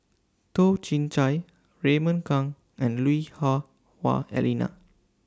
Toh Chin Chye Raymond Kang and Lui Hah Wah Elena